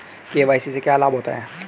KYC से क्या लाभ होता है?